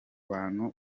bantu